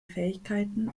fähigkeiten